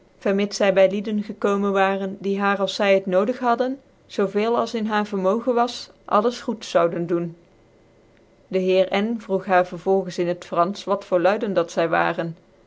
vermits zy by lieden sekoomen waren die haar als zy het nodig hadden zoo veel als inbaar vermogen wis alles goeds zouden doen dc heer n vroeg haar vervolgens in het franfch wat voor luydcn dat zy waren